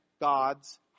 God's